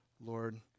Lord